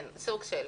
כן, סוג של.